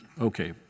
okay